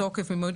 סעיף